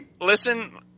Listen